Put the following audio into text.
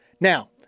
Now